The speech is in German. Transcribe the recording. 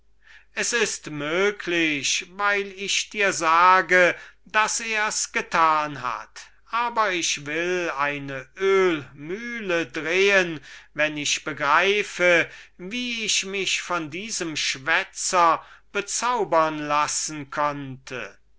es ist möglich weil ich dir sage daß ers getan hat ich habe selbst mühe zu begreifen wie ich mich von diesem schwätzer so bezaubern lassen konnte